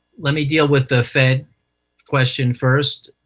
let me deal with the fed question first.